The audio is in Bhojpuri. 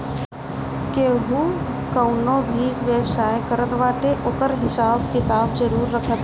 केहू कवनो भी व्यवसाय करत बाटे ओकर हिसाब किताब जरुर रखत हवे